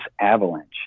avalanche